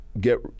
get